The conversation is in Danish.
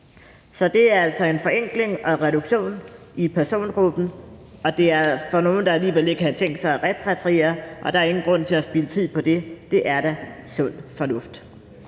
Så det er altså en forenkling og en reduktion i persongruppen, og det er jo for nogle, der alligevel ikke havde tænkt sig at repatriere, og der er ingen grund til at spilde tid på det. Det er da sund fornuft.